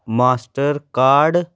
master card